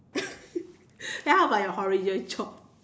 then how about your horrible job